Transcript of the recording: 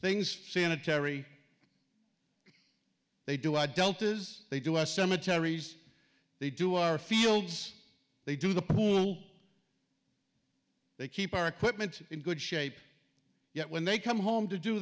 things sanitary they do adult is they do us cemeteries they do our fields they do the pool they keep our equipment in good shape yet when they come home to do